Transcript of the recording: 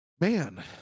man